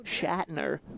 Shatner